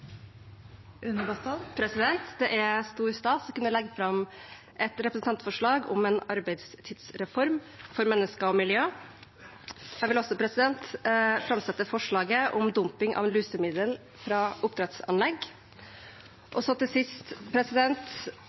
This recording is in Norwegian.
Det er stor stas å kunne legge fram et representantforslag om en arbeidstidsreform for mennesker og miljø. Jeg vil også framsette forslag om dumping av lusemiddel fra oppdrettsanlegg. Og til sist